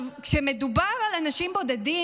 כשמדובר על אנשים בודדים,